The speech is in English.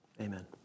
Amen